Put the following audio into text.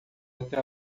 até